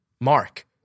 Mark